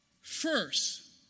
first